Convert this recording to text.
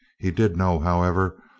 he did know, however,